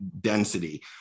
density